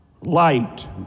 light